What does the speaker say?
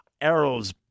arrows